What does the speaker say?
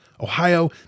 Ohio